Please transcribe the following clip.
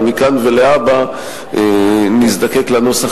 אבל מכאן ולהבא נזדקק לנוסח,